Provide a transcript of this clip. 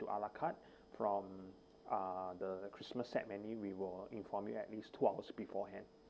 to ala carte from uh the christmas set menu we will inform you at least two hours beforehand